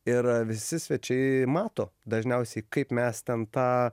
ir visi svečiai mato dažniausiai kaip mes ten tą